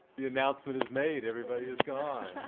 the announcement is made. everybody is gone.